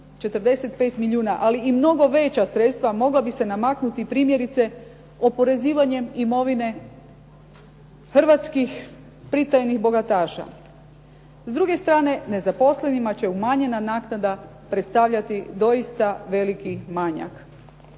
ali i mnogo veća sredstva mogla bi se namaknuti primjerice oporezivanjem imovine hrvatskih pritajenih bogataša. S druge strane, nezaposlenima će umanjena naknada predstavljati doista veliki manjak.